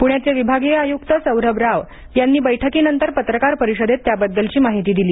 पूण्याचे विभागीय आयुक्त सौरभ राव यांनी बैठकीनंतर पत्रकार परिषदेत त्याबद्दलची माहिती दिली